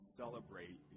celebrate